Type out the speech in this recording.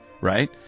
right